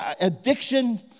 addiction